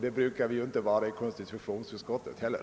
Det brukar vi inte vara i konstitutionsutskottet heller.